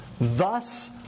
thus